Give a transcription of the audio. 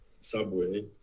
subway